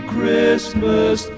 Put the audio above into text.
Christmas